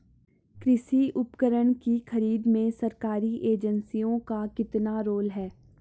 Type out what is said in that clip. कृषि उपकरण की खरीद में सरकारी एजेंसियों का कितना रोल है?